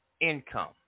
income